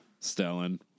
Stellan